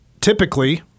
typically